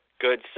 good